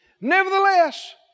Nevertheless